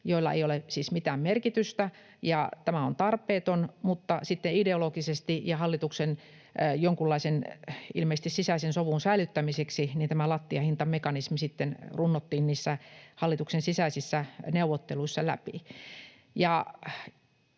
joilla ei ole siis mitään merkitystä. Tämä on tarpeeton, mutta sitten ideologisesti ja ilmeisesti hallituksen jonkunlaisen sisäisen sovun säilyttämiseksi tämä lattiahintamekanismi sitten runnottiin niissä hallituksen sisäisissä neuvotteluissa läpi.